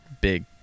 big